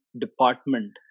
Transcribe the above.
department